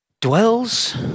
dwells